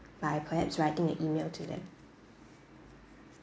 or I perhaps writing an email to them